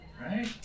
Right